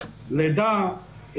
לידה,